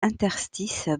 interstices